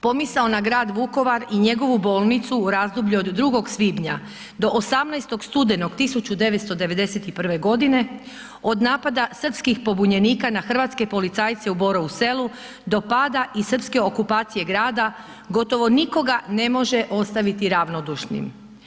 Pomisao na grad Vukovar i njegovu bolnicu u razdoblju od 2. svibnja do 18. studenog 1991. godine od napada srpskih pobunjenika na hrvatske policajce u Borovu Selu do pada i srpske okupacije grada gotovo nikoga ne može ostaviti ravnodušnim.